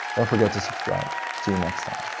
don't forget to subscribe. see you next time.